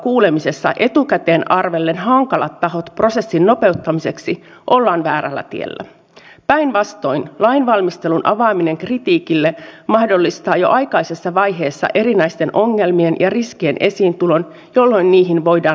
olemme täällä usean edustajan toimesta siihen nyt kiinnittäneet huomiota koska se tulee sisältämään myöskin mahdollisuuden rauhan ajan ulkopuoliseen yhteistyöhön ja pitää sisällään erittäin moninaisia harjoitusmahdollisuuksia